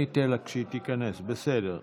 אני אתן לה כשהיא תיכנס, בסדר.